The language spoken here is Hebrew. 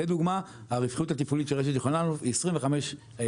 לדוגמה הרווחיות הגולמית של רשת יוחננוף היא כ-25%